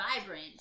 vibrant